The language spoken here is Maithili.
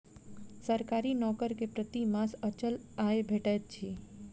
सरकारी नौकर के प्रति मास अचल आय भेटैत अछि